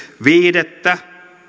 viidettä